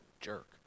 jerk